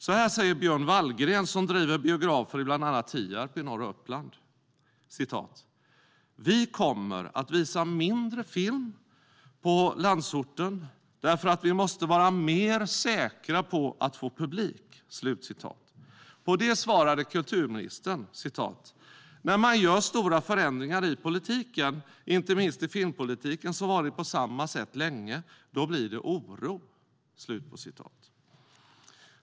Så här säger Björn Wallgren, som driver biografer i bland annat Tierp i norra Uppland: "Vi kommer att visa mindre film på landsorten, därför att vi måste vara mer säkra på att få publik." På det svarar kulturministern: "När man gör stora förändringar i politiken, inte minst i filmpolitiken som varit på samma sätt länge, då blir det oro."